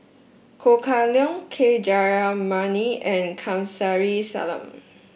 Ho Kah Leong K Jayamani and Kamsari Salam